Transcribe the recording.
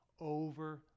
over